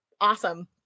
awesome